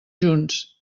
junts